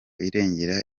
irengera